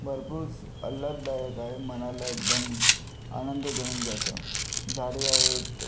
भरपूर आल्हाददायक आहे मनाला एकदम आनंद देऊन जातं झाडे आहेत